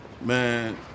Man